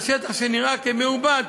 השטח שנראה כמעובד,